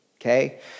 okay